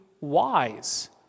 wise